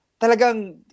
talagang